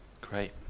Great